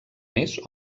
més